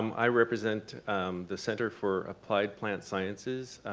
um i represent the center for applied plant sciences.